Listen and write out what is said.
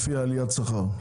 לפי עליית השכר,